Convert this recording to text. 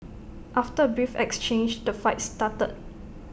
after A brief exchange the fight started